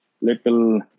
little